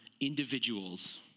individuals